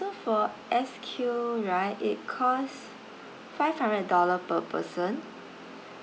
so for S_Q right it costs five hundred dollar per person